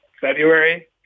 February